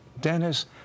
Dennis